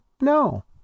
No